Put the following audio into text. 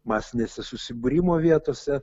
masinėse susibūrimo vietose